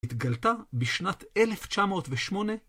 התגלתה בשנת 1908